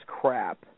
crap